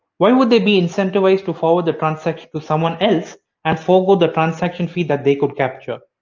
why would they be incentivized to forward the transaction to someone else and forgo the transaction fee that they could capture?